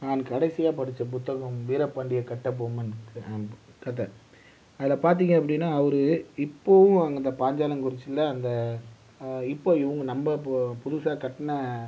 நான் கடைசியாக படித்த புத்தகம் வீரப் பாண்டிய கட்டபொம்மன் கதை அதில் பார்த்தீங்க அப்படின்னா அவரு இப்போதும் அந்தப் பாஞ்சாலங்குறிச்சில அந்த இப்போ இவங்க நம்ம இப்போது புதுசாக கட்டின